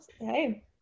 hey